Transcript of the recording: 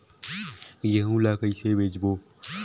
गहूं ला कइसे बेचबो?